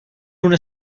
una